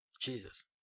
Jesus